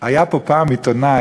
היה פה פעם עיתונאי